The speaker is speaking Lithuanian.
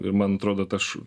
ir man atrodo taš